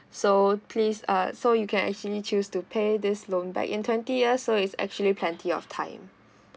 so please uh so you can actually choose to pay this loan back in twenty years so it's actually plenty of time